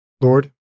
Lord